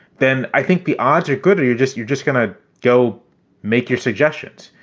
then i think the odds are good. and you're just you're just going to go make your suggestions.